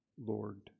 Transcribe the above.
Lord